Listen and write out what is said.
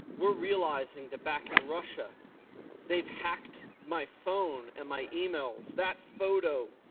we're realizing that back in russia they've hacked my phone and my emails. that photo,